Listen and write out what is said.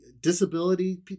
disability